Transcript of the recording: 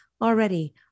already